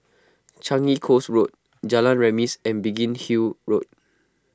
Changi Coast Road Jalan Remis and Biggin Hill Road